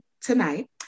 tonight